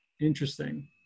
Interesting